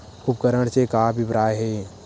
उपकरण से का अभिप्राय हे?